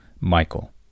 Michael